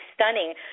stunning